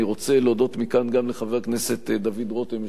אני רוצה להודות מכאן גם לחבר הכנסת דוד רותם,